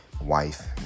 wife